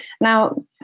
Now